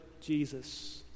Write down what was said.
Jesus